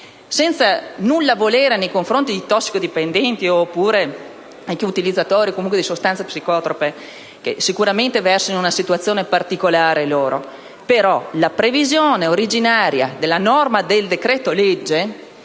senza avere nulla nei confronti dei tossicodipendenti o degli utilizzatori di sostanze psicotrope, che sicuramente versano in una situazione particolare. Però la formulazione originaria della norma del decreto‑legge